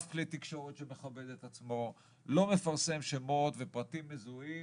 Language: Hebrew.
אף כלי תקשורת שמכבד את עצמו לא מפרסם שמות ופרטים מזוהים